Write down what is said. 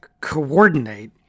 coordinate